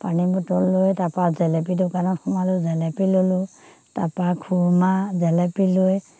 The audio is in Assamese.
পানী বটল লৈ তাৰ পৰা জেলেপি দোকানত সোমালোঁ জেলেপি ল'লোঁ তাৰ পৰা খুৰমা জেলেপি লৈ